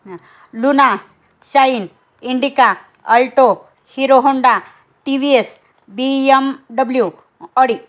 हां Luna Shine Indica Alto Hero Honda T V S B M W Audi